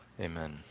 amen